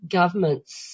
governments